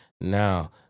Now